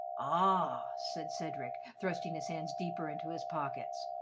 ah! said cedric, thrusting his hands deeper into his pockets.